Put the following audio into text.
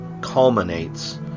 culminates